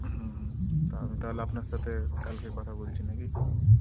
হুম হুম তা আমি তাহলে আপনার সাথে কালকে কথা বলছি নাকি